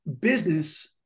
business